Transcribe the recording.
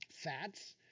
Fats